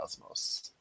Cosmos